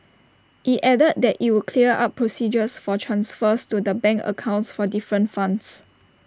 IT added that IT would clear up procedures for transfers to the bank accounts for different funds